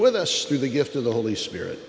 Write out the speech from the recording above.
with us through the gift of the holy spirit